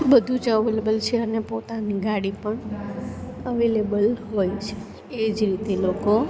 બધું જ અવેલેબલ છે અને પોતાની ગાડી પણ અવેલેબલ હોય છે એ જ રીતે લોકો